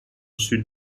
sud